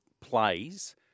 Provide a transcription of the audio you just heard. plays